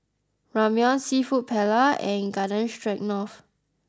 Ramyeon Seafood Paella and Garden Stroganoff